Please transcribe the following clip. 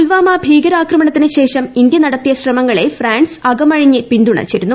പൂൽവാമ ഭീകരാക്രമണത്തിനുശേഷം ഇന്ത്യ നടത്തിയ ശ്രമങ്ങളെ ഫ്രാൻസ് അകമഴിഞ്ഞ് പിൻതുണച്ചിരുന്നു